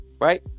right